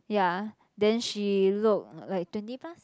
ya then she look like twenty plus